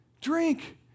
drink